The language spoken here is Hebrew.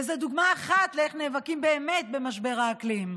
וזו דוגמה אחת לאיך נאבקים באמת במשבר האקלים.